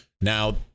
Now